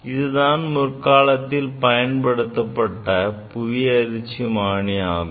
இதுதான் முற்காலத்தில் பயன்படுத்தப்பட்டு வந்த புவி அதிர்ச்சிமானி ஆகும்